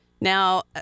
Now